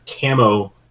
camo